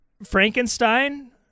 Frankenstein